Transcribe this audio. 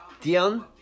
Dion